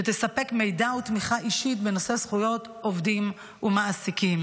שתספק מידע ותמיכה אישית בנושא זכויות עובדים ומעסיקים,